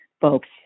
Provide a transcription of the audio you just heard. folks